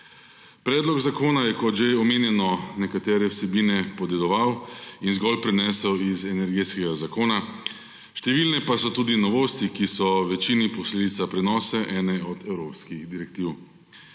Predlog zakona je, kot že omenjeno, nekatere vsebine podedoval in zgolj prenesel iz Energetskega zakona, številne pa so tudi novosti, ki so v večini posledica prenosa ene od evropskih direktiv.